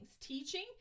teaching